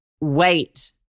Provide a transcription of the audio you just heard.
wait